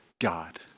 God